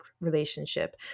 relationship